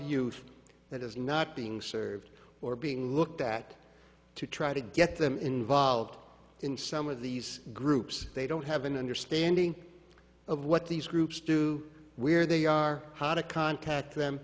youth that is not being served or being looked at to try to get them involved in some of these groups they don't have an understanding of what these groups do where they are how to contact them